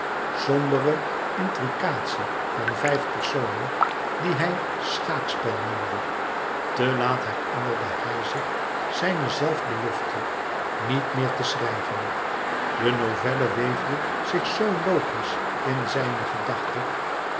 sombere intricatie van vijf personen die hij schaakspel noemde te laat herinnerde hij zich zijne zelf belofte niet meer te schrijven de novelle weefde zich zoo logisch in zijne gedachte